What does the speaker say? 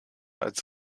als